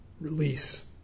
Release